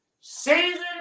season